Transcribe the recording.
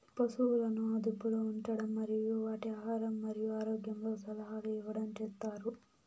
పసువులను అదుపులో ఉంచడం మరియు వాటి ఆహారం మరియు ఆరోగ్యంలో సలహాలు ఇవ్వడం చేత్తారు